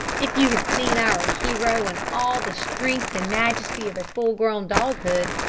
if you had seen our hero in all the strength and majesty of full-grown doghood,